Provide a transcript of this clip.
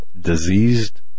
Diseased